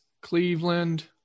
Cleveland